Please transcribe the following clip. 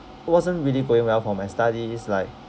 it wasn't really going well for my studies like